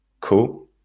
cool